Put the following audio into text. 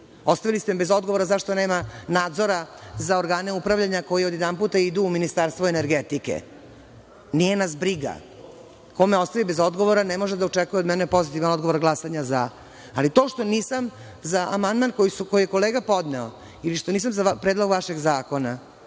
direkciju za E-upravu, zašto nema nadzora za organe upravljanja, koji odjednom idu u Ministarstvo energetike. Nije nas briga, ko me ostavi bez odgovora ne može od mene da očekuje pozitivan odgovor glasanja za… Ali, to što nisam za amandman koji je kolega podneo ili što nisam predlog vašeg zakona,